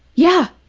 yeah,